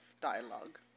dialogue